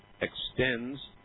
extends